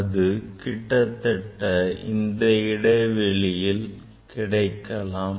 அது கிட்டத்தட்ட இந்த இடைவெளியில் கிடைக்கலாம்